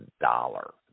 dollar